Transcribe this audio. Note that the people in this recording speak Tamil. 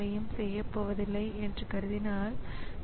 இதனை சுருக்கமாக MC என்று எழுதுகிறேன்